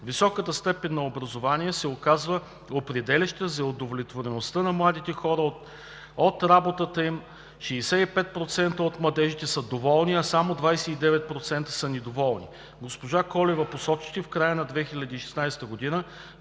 Високата степен на образование се оказва определяща и за удовлетвореността на младите хора от работата им – 65% от младежите са доволни, а само 29% са недоволни. Госпожа Колева посочи, че в края на 2016 г.